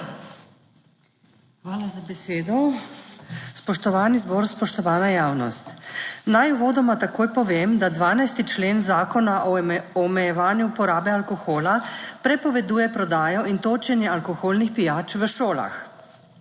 Hvala za besedo. Spoštovani zbor, spoštovana javnost! Naj uvodoma takoj povem, da 12. člen Zakona o omejevanju porabe alkohola prepoveduje prodajo in točenje alkoholnih pijač v šolah.